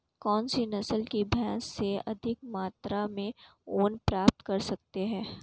कौनसी नस्ल की भेड़ से अधिक मात्रा में ऊन प्राप्त कर सकते हैं?